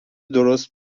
درست